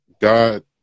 God